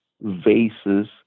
vases